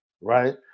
right